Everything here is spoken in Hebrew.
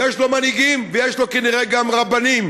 יש לו מנהיגים ויש לו כנראה גם רבנים.